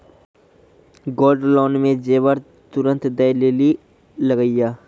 Gold loan मे जेबर तुरंत दै लेली लागेया?